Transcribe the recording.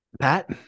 Pat